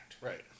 Right